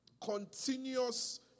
Continuous